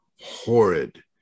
horrid